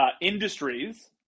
industries